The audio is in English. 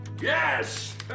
Yes